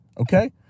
okay